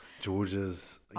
George's